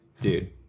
Dude